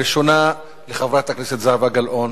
הראשונה, לחברת הכנסת זהבה גלאון,